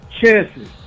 chances